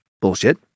Bullshit